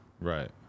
Right